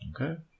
Okay